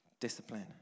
discipline